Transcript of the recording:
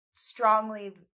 Strongly